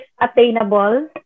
attainable